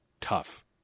tough